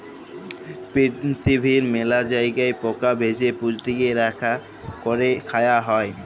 পিরথিবীর মেলা জায়গায় পকা ভেজে, পুড়িয়ে, রাল্যা ক্যরে খায়া হ্যয়ে